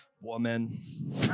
woman